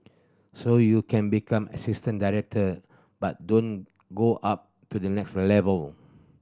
so you can become assistant director but don't go up to the next level